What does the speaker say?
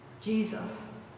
Jesus